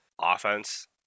offense